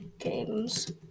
games